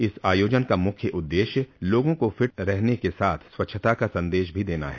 इस आयोजन का मुख्य उद्देश्य लोगो को फिट रहने के साथ स्वच्छता का संदेश देना है